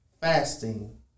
fasting